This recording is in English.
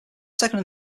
second